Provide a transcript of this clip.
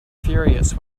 furious